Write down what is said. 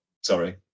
sorry